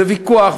זה ויכוח,